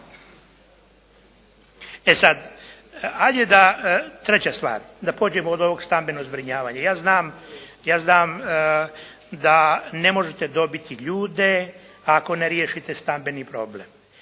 E sad, ajde da, treća stvar, da pođemo od ovog stambenog zbrinjavanja, ja znam da ne možete dobiti ljude ako ne riješite stambeni problem,